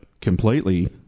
Completely